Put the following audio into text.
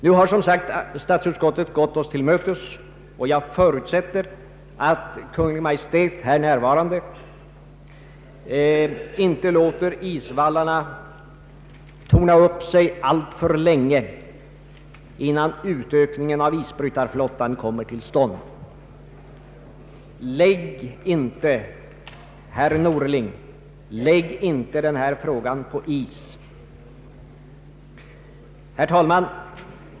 Nu har som sagt statsutskottet gått oss till mötes, och jag förutsätter att Kungl. Maj:t — kommunikationsministern är ju här närvarande — inte låter isvallarna torna upp sig alltför länge innan ut ökningen av isbrytarflottan kommer till stånd. Lägg inte, herr Norling, denna fråga på is! Herr talman!